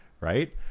right